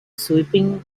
sweeping